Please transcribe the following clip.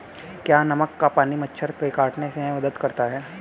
क्या नमक का पानी मच्छर के काटने में मदद करता है?